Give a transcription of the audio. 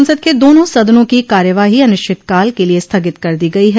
संसद के दोनों सदनों की कार्यवाही अनिश्चितकाल के लिए स्थगित कर दी गई है